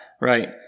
right